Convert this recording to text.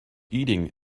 eating